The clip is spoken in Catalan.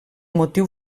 motiu